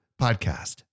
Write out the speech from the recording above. Podcast